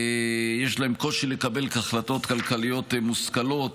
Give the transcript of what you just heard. יש להם קושי לקבל החלטות כלכליות מושכלות,